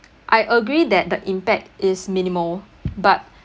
I agree that the impact is minimal but